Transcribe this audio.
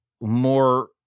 more